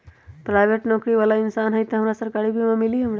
Private नौकरी बाला इंसान हई त हमरा सरकारी बीमा मिली हमरा?